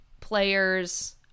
players